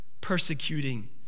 persecuting